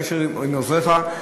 והיינו בקשר עם עוזריך.